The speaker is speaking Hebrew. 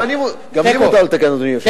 גם לי מותר לתקן, אדוני היושב-ראש.